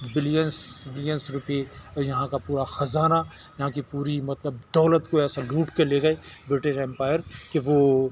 billions balance روپے اور یہاں کا پورا خزانہ یہاں کی پوری مطلب دولت کو یہاں سے لوٹ کے لے گئے برٹش امپائر کہ وہ